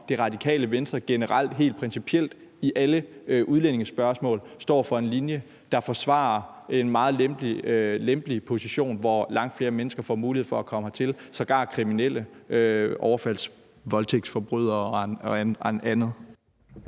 at Radikale Venstre generelt helt principielt i alle udlændingespørgsmål står for en linje, der forsvarer en meget lempelig position, som betyder, at langt flere mennesker får mulighed for at komme hertil, sågar kriminelle, overfaldsmænd, voldtægtsforbrydere og andre.